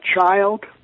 child